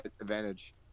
Advantage